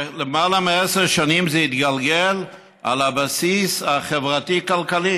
למעלה מעשר שנים זה התגלגל על הבסיס החברתי-כלכלי,